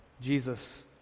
Jesus